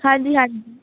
ਹਾਂਜੀ ਹਾਂਜੀ